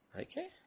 Okay